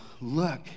look